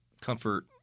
comfort